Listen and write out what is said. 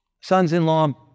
sons-in-law